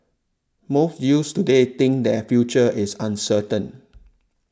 most youths today think that their future is uncertain